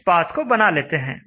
इस पाथ को बना लेते हैं